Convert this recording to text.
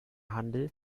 handel